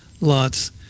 lots